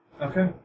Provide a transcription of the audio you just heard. Okay